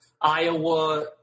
Iowa